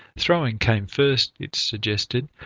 throwing came first, it's suggested,